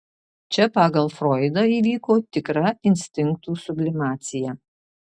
čia pagal froidą įvyko tikra instinktų sublimacija